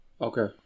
Okay